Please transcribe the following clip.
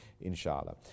inshallah